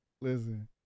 Listen